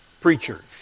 preachers